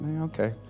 okay